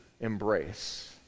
embrace